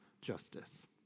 justice